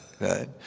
right